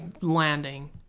landing